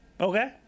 okay